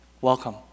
welcome